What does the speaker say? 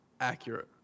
Accurate